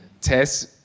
Tess